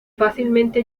fácilmente